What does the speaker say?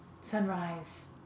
Sunrise